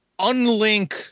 unlink